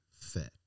fit